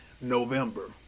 November